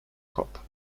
cup